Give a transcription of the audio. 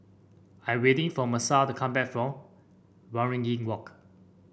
I'm waiting for Messiah to come back from Waringin Walk